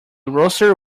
rooster